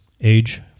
age